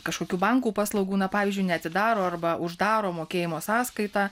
kažkokių bankų paslaugų na pavyzdžiui neatidaro arba uždaro mokėjimo sąskaitą